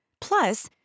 Plus